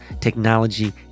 technology